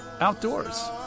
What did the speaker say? outdoors